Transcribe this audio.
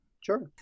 Sure